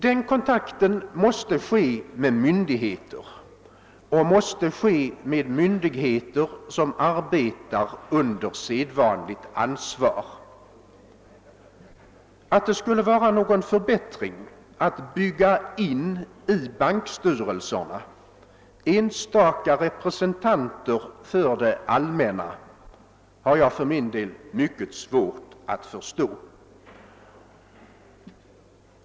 Det är därför angeläget för affärs bankerna att ha kontakt med myndigheter — men med myndigheter som arbetar under sedvanligt ansvar. Att det skulle vara någon förbättring att bygga in i bankstyrelserna enstaka representanter för det allmänna har jag för min del mycket svårt att förstå.